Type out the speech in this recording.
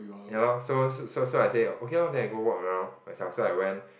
ya lor so so so I say okay lor then I go walk around myself so I went